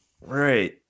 Right